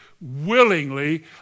willingly